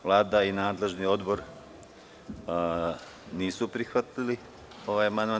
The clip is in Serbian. Vlada i nadležni odbor nisu prihvatili ovaj amandman.